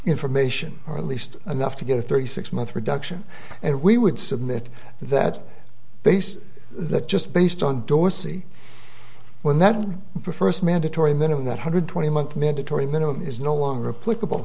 information or at least enough to get a thirty six month reduction and we would submit that based that just based on dorsey when that first mandatory minimum that hundred twenty month mandatory minimum is no longer